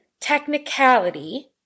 technicality